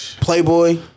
Playboy